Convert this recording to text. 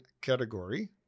category